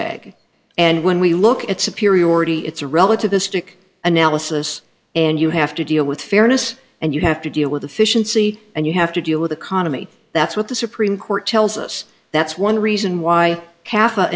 tag and when we look at superiority it's a relativistic analysis and you have to deal with fairness and you have to deal with the fish and sea and you have to deal with economy that's what the supreme court tells us that's one reason why half a